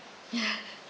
ya